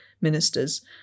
ministers